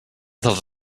dels